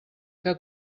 que